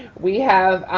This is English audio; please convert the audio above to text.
we have